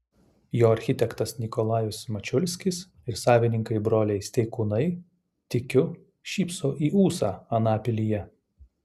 jo architektas nikolajus mačiulskis ir savininkai broliai steikūnai tikiu šypso į ūsą anapilyje